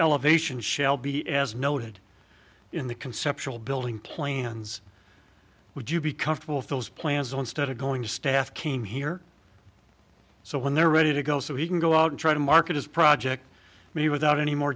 elevation shall be as noted in the conceptual building plans would you be comfortable for those plans on started going to staff came here so when they're ready to go so he can go out and try to market his project me without any more